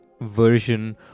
version